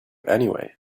anyway